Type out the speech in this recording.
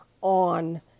on